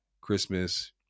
Christmas